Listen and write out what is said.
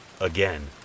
again